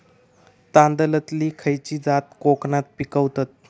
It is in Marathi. तांदलतली खयची जात कोकणात पिकवतत?